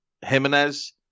Jimenez